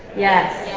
yes.